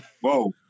whoa